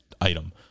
item